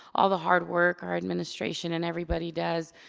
all the hard work our administration and everybody does.